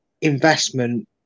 investment